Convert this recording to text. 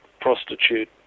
prostitute